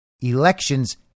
elections